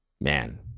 Man